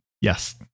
Yes